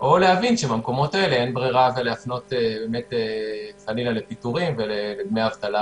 או להבין שבמקומות האלה אין ברירה ולהפנות כנראה לפיטורים ולדמי אבטלה